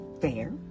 fair